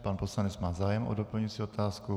Pan poslanec má zájem o doplňující otázku.